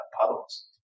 puddles